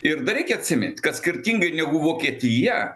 ir dar reikia atsimint kad skirtingai negu vokietija